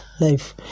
life